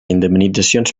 indemnitzacions